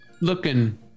Looking